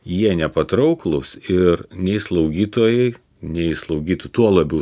jie nepatrauklūs ir nei slaugytojai nei slaugyti tuo labiau